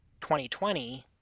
2020